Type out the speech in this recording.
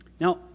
Now